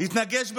התנגש בקרחון,